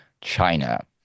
China